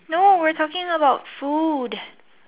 no we talking about food